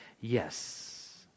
Yes